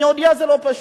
אני יודע, זה לא פשוט,